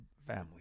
family